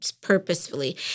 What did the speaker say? purposefully